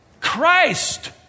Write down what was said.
Christ